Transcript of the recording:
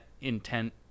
intent